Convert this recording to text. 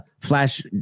flash